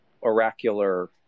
oracular